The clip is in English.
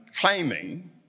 claiming